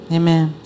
Amen